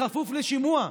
בכפוף לשימוע,